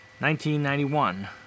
1991